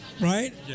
right